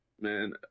Man